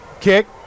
kick